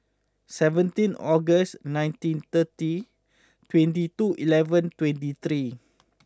seventeen August nineteen thirty twenty two eleven twenty three